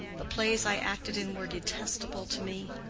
the plays i acted in were detestable to me.